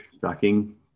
shocking